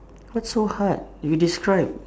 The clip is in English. what's so hard you describe